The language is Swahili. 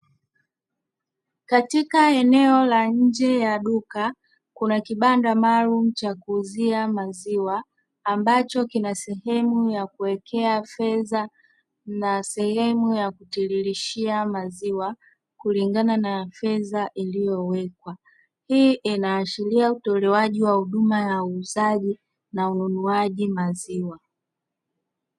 Katika eneo la nje ya duka kuna kibanda maalum cha kuuzia maziwa ambacho kina sehemu ya kuwekea fedha na sehemu ya kutiririshia maziwa kulingana na fedha iliyowekwa. Hii inaashiria utolewaji wa huduma ya uuzaji na ununuaji maziwa.